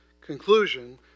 conclusion